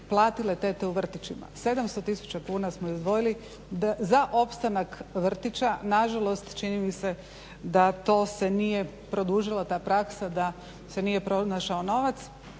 platile tete u vrtićima. 700 tisuća kuna smo izdvojili za opstanak vrtića, nažalost čini mi se da to se nije produžila ta praksa, da se nije pronašao novac.